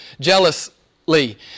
jealously